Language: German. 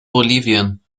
bolivien